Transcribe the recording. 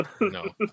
No